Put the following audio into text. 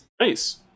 Nice